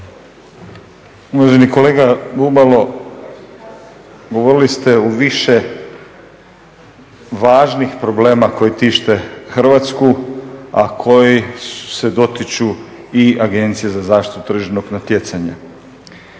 Uvaženi kolega Bubalo govorili ste o više važnih problema koji tište Hrvatsku a koji se dotiču i Agencije za zaštitu tržišnog natjecanja.